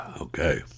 Okay